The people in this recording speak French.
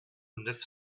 neuf